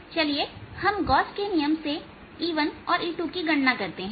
चलिए हम गोस के नियम से E1और E2 की गणना करते हैं